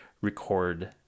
record